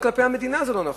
גם כלפי המדינה זה לא נכון.